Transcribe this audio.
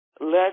let